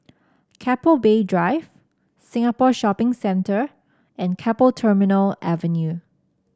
Keppel Bay Drive Singapore Shopping Centre and Keppel Terminal Avenue